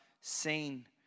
seen